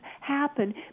happen